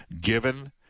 given